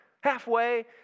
Halfway